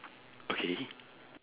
okay